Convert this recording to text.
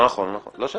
לא נכון, לא נכון.